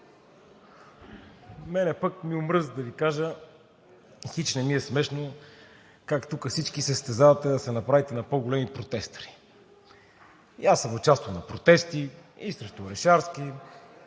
мен пък ми омръзна и да Ви кажа хич не ми е смешно как тук всички се състезавате да се направите на по големи протестъри. И аз съм участвал в протести и срещу Орешарски,